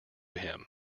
him